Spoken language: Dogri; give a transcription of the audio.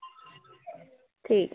ठीक